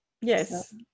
Yes